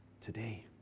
today